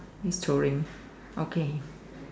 is touring okay